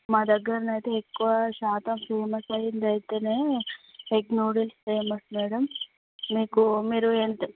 మా దగ్గరన అయితే ఎక్కువ శాతం ఫేమస్ అయిందని అయితేనే ఎగ్ నూడుల్స్ ఫేమస్ మేడమ్ మీకు మీరు ఎంత